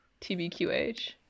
tbqh